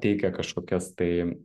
teikia kažkokias tai